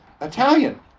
Italian